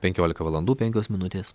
penkiolika valandų penkios minutės